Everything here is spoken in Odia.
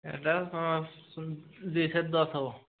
ଏଟା ହଁ ଦୁଇଶହ ଦଶ ହବ